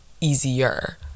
easier